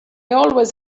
always